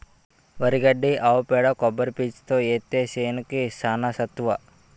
వరి గడ్డి ఆవు పేడ కొబ్బరి పీసుతో ఏత్తే సేనుకి చానా సత్తువ